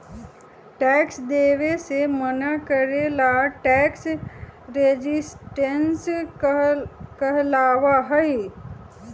tax देवे से मना करे ला टैक्स रेजिस्टेंस कहलाबा हई